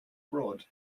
abroad